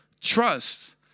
trust